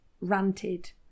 ranted